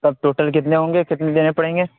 سب total کتنے ہوں گے کتنے دینے پڑیں گے